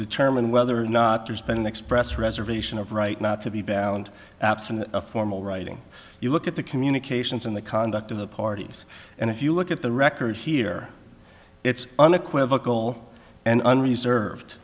determine whether or not there's been an express reservation of right not to be bound absent a formal writing you look at the communications in the conduct of the parties and if you look at the record here it's unequivocal and reserved